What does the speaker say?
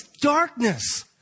darkness